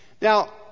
Now